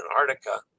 Antarctica